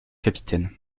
capitaine